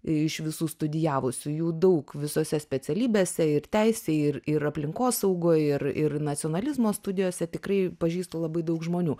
iš visų studijavusiųjų daug visose specialybėse ir teisėj ir ir aplinkosaugoj ir ir nacionalizmo studijose tikrai pažįstu labai daug žmonių